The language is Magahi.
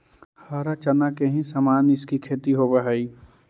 हरा चना के ही समान इसकी खेती होवे हई